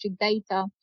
data